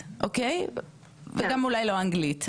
אז מה אני כותבת בגוגל.